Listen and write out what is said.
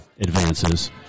advances